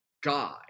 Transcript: guy